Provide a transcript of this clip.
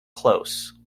close